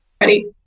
Ready